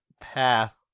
path